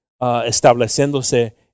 estableciéndose